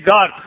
God